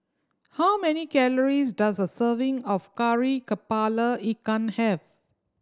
how many calories does a serving of Kari Kepala Ikan have